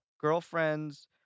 girlfriend's